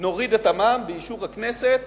נוריד את המע"מ באישור הכנסת